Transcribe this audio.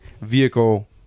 vehicle